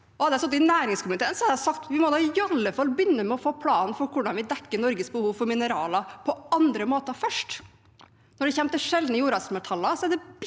Hadde jeg sittet i næringskomiteen, hadde jeg sagt at vi må iallfall begynne med å få planen for hvordan vi dekker Norges behov for mineraler på andre måter først. Når det gjelder sjeldne jordartsmetaller, er det